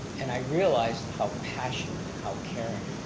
and i realized how passionate, and how caring